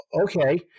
Okay